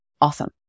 awesome